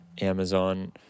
Amazon